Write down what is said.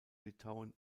litauen